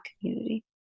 community